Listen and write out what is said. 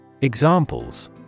Examples